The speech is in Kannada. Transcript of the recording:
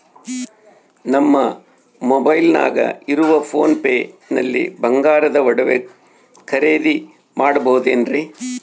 ನಮ್ಮ ಮೊಬೈಲಿನಾಗ ಇರುವ ಪೋನ್ ಪೇ ನಲ್ಲಿ ಬಂಗಾರದ ಒಡವೆ ಖರೇದಿ ಮಾಡಬಹುದೇನ್ರಿ?